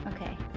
Okay